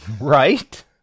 Right